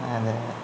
അതെ